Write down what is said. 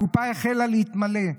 הקופה החלה להתמלא,